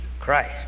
Christ